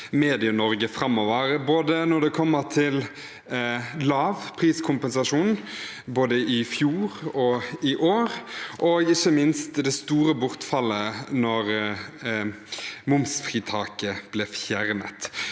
Medie-Norge framover. Det gjelder bl.a. lav priskompensasjon, både i fjor og i år, og ikke minst det store bortfallet da momsfritaket ble fjernet.